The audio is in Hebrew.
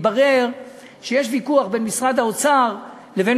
התברר שיש ויכוח בין משרד האוצר לבין